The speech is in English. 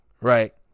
right